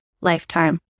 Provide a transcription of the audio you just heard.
lifetime